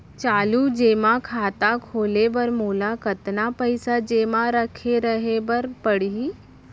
चालू जेमा खाता खोले बर मोला कतना पइसा जेमा रखे रहे बर पड़ही?